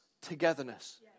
togetherness